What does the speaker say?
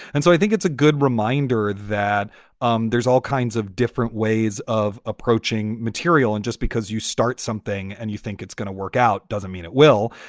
and so i think it's a good reminder that um there's all kinds of different ways of approaching material. and just because you start something and you think it's going to work out doesn't mean it will.